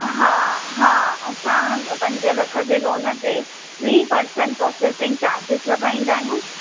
हा हा असां पंज लख जे लोन ते थ्री परसंट प्रोसेसिंग चार्जिस लॻाईंदा आहियूं